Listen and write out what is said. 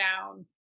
down